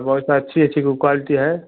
बहुत अच्छी अच्छी क्वालटी है